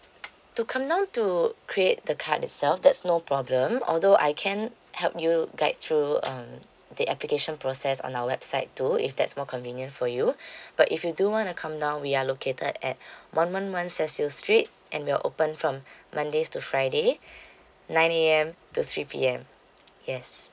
to come down to create the card itself that's no problem although I can help you guide through um the application process on our website too if that's more convenient for you but if you do want to come down we are located at one one one street and we'll open from mondays to friday nine A_M to three P_M yes